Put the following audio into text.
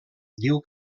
diu